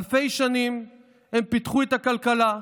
אלפי שנים הם פיתחו את הכלכלה,